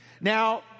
Now